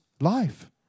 life